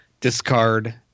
discard